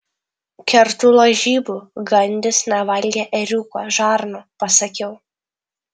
kertu lažybų gandis nevalgė ėriuko žarnų pasakiau